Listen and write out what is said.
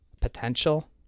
potential